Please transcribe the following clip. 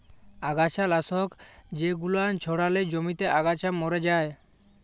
আগাছা লাশক জেগুলান ছড়ালে জমিতে আগাছা ম্যরে যায়